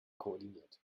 koordiniert